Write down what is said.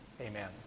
Amen